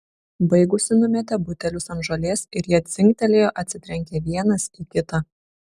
baigusi numetė butelius ant žolės ir jie dzingtelėjo atsitrenkę vienas į kitą